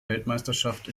weltmeisterschaft